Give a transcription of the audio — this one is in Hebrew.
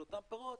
של אותם פירות,